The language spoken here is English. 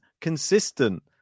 consistent